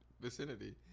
vicinity